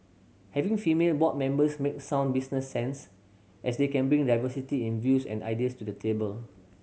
having female board members make sound business sense as they can bring diversity in views and ideas to the table